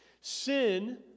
Sin